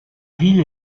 ville